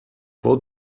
vou